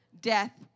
death